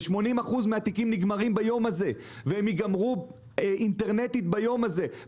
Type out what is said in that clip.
80% מהתיקים נגמרים ביום הזה והם ייגמרו אינטרנטית ביום הזה,